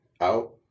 out